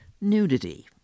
nudity